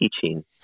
teaching